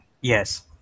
Yes